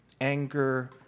anger